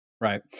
Right